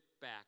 back